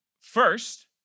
first